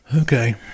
Okay